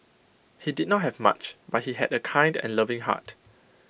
he did not have much but he had A kind and loving heart